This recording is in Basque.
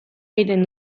egiten